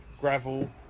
gravel